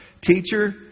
Teacher